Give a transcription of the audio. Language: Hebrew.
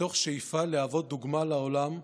מתוך שאיפה להוות דוגמה לעולם,